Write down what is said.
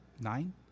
nine